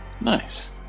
Nice